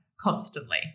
constantly